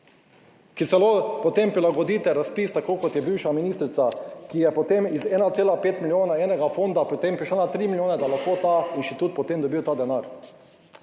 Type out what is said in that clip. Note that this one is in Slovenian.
ki celo potem prilagodite razpis tako kot je bivša ministrica, ki je potem iz 1,5 milijona enega fonda pri tem prišla na 3 milijone, da je lahko ta inštitut potem dobil ta denar,